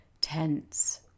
tense